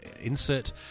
insert